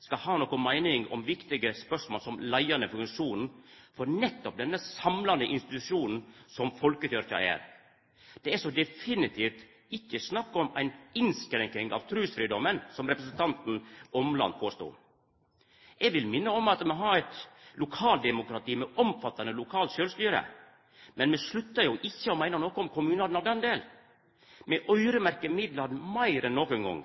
skal ha noka meining om viktige spørsmål som leiande funksjon for nettopp den samlande institusjonen som folkekyrkja er. Det er så definitivt ikkje snakk om ei innskrenking av trusfridomen, som representanten Åmland påstod. Eg vil minna om at vi har eit lokaldemokrati med omfattande lokalt sjølvstyre, men vi sluttar jo ikkje å meina noko om kommunane av den grunn. Vi øyremerkjer midlane meir enn nokon gong.